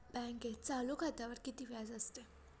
बँकेत चालू खात्यावर किती व्याज असते?